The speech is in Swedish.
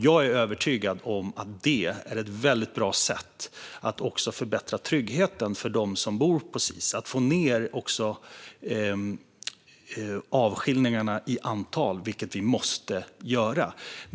Jag är övertygad om att det är ett bra sätt att också förbättra tryggheten för dem som bor på Sis-hem och få ned antalet avskiljningar, vilket vi måste göra.